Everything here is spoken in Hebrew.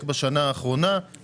שתיתן שירות לבית ג'אן,